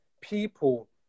people